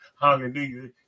hallelujah